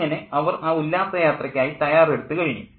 അങ്ങനെ അവർ ആ ഉല്ലാസ യാത്രയ്ക്കായി തയ്യാറെടുത്തു കഴിഞ്ഞു